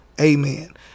amen